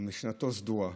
משנתו סדורה.